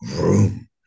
room